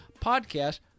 podcast